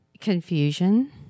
confusion